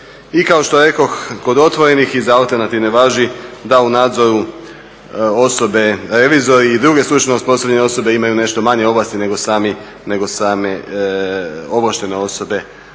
I kako što rekoh kod otvorenih i za alternativne važi da u nadzoru osobe revizori i druge stručno osposobljene osobe imaju nešto manje ovlasti nego same ovlaštene osobe